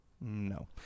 No